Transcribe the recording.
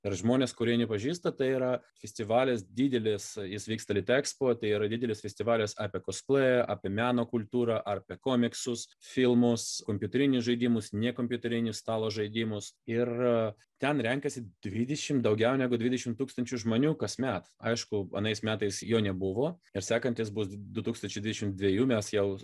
ir žmonės kurie nepažįsta tai yra festivalis didelis jis vyksta litexpo o tai yra didelis festivalis apie kuskluėj apie meno kultūrą apie komiksus filmus kompiuterinius žaidimus nekompiuterinius stalo žaidimus ir ten renkasi devidešimt daugiau negu dvidešimt tūkstančių žmonių kasmet aišku anais metais jo nebuvo ir sekantis bus du tūkstančiai dvidešimt dviejų mes jau